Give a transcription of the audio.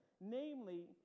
namely